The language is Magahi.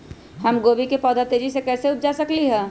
हम गोभी के पौधा तेजी से कैसे उपजा सकली ह?